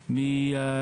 (Hanemann)